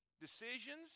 decisions